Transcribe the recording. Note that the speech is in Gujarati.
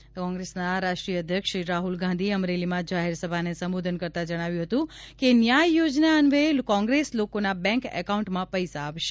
રાહુલ ગાંધી કોંગ્રેસના રાષ્ટ્રીય અધ્યક્ષ શ્રી રાહુલ ગાંધીએ અમરેલીમાં જાહેરસભાને સંબોધન કરતા જણાવ્યું હતું કે ન્યાય યોજના અન્વયે કોંગ્રેસ લોકોના બેન્ક એકાઉન્ટમાં પૈસા આપશે